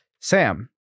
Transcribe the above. Sam